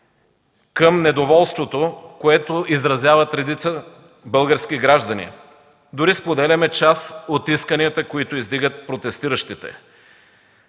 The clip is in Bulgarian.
към недоволството, което изразяват редица български граждани, дори споделяме част от исканията, които издигат протестиращите.